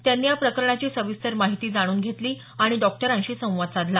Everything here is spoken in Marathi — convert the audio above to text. त्यांनी या प्रकरणाची सविस्तर माहिती जाणून घेतली आणि डॉक्टरांशी संवाद साधला